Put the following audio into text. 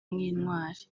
nk’intwari